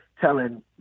telling